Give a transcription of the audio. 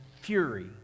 fury